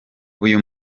uyu